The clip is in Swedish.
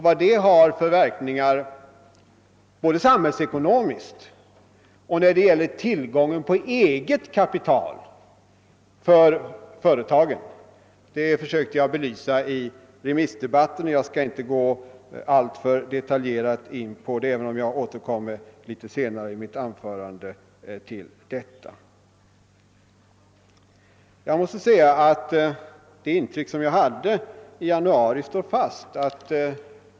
Verkningarna av detta både samhällsekonomiskt och när det gäller tillgången på eget kapital för företagen försökte jag att belysa i re missdebatten. Jag skall inte nu alltför detaljerat ingå på detta, även om jag återkommer till ämnet litet senare i mitt anförande. Jag måste säga att den uppfattning som jag fick i januari står fast.